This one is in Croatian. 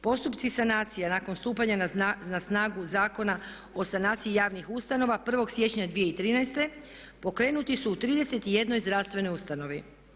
Postupci sanacije nakon stupanja na snagu Zakona o sanaciji javnih ustanova 1. siječnja 2013. pokrenuti su u 31 zdravstvenoj ustanovi.